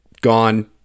gone